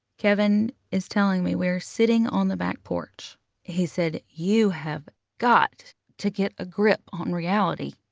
kevin is telling me we were sitting on the back porch he said, you have got to get a grip on reality.